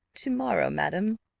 to-morrow, madam,